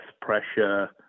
pressure